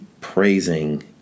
praising